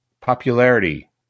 Popularity